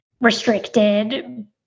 restricted